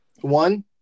One